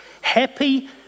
happy